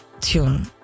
tune